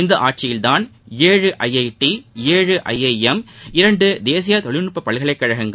இந்த ஆட்சியில்தான் ஏழு ஐஐடி ஏழு ஐஐஎம் இரண்டு தேசிய தொழில்நட்பக்கழகங்கள்